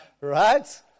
Right